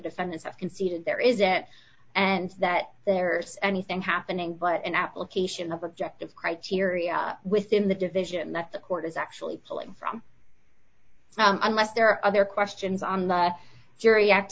defendants have conceded there is that and that there is anything happening but an application of objective criteria within the division that the court is actually pulling from unless there are other questions on the jury act